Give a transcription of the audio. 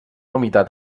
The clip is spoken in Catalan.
humitat